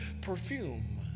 perfume